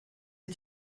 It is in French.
est